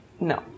No